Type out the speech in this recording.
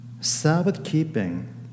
Sabbath-keeping